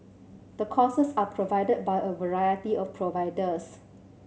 the courses are provided by a variety of providers